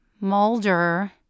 Mulder